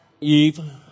Eve